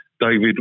David